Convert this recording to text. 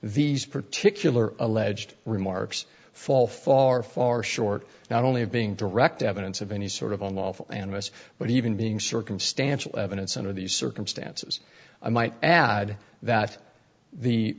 these particular alleged remarks fall far far short not only of being direct evidence of any sort of a lawful and most but even being circumstantial evidence under these circumstances i might add that the